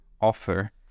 offer